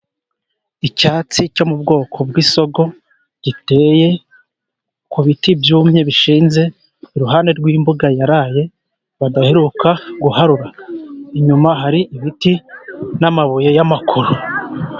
Icyatsi cyo mu bwoko bw'isogo giteye ku biti byumye bishinze, iruhande rw'imbuga yaraye badaheruka guharura. Inyuma hari ibiti n'amabuye y'amakoro.